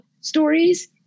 stories